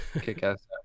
kick-ass